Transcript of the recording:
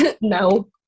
no